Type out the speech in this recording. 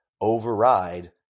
override